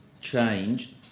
changed